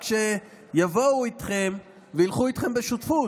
רק שיבואו איתכם וילכו איתכם בשותפות,